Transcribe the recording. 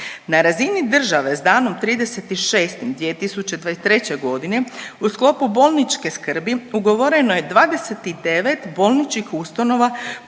Na razini države s danom 30.6.2023. godine u sklopu bolničke skrbi ugovoreno je 29 bolničkih ustanova